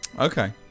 Okay